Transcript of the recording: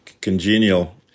congenial